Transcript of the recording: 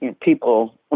people